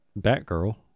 Batgirl